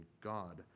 God